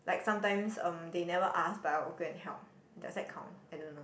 like sometime um they never ask but I will go and help does that count I don't know